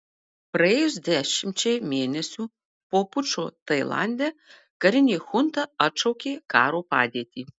praėjus dešimčiai mėnesių po pučo tailande karinė chunta atšaukė karo padėtį